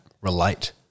relate